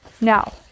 Now